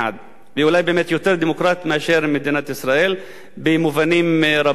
והיא אולי יותר דמוקרטית מאשר מדינת ישראל במובנים רבים מאוד.